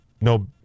no